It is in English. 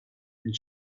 and